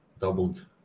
doubled